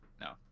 no